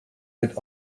mit